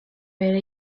bere